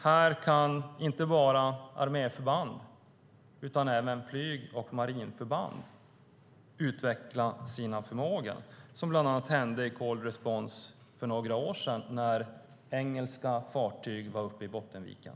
Här kan inte bara arméförband utan även flyg och marinförband utveckla sina förmågor, vilket bland annat hände i Cold Response för några år sedan när engelska fartyg var uppe i Bottenviken.